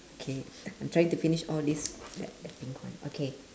K I'm trying to finish all this that that pink one okay